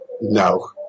no